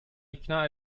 ikna